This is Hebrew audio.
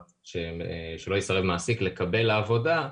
שלא יסרב מעסיק לקבל לעבודה.